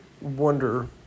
wonder